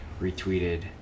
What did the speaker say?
retweeted